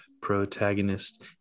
protagonist